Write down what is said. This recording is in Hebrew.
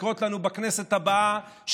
לקרות לנו בכנסת הבאה,